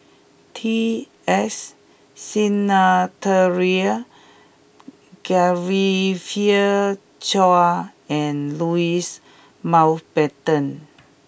T S Sinnathuray Genevieve Chua and Louis Mountbatten